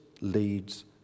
leads